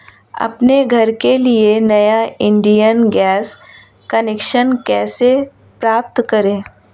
अपने घर के लिए नया इंडियन गैस कनेक्शन कैसे प्राप्त करें?